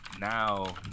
now